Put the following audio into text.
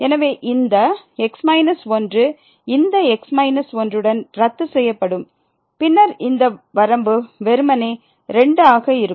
எனவே இந்த x 1 இந்த x 1 உடன் ரத்து செய்யப்படும் பின்னர் இந்த வரம்பு வெறுமனே 2 ஆக இருக்கும்